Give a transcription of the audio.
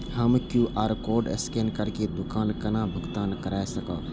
हम QR code scan करके दुकान केना भुगतान काय सकब?